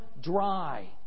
dry